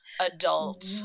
adult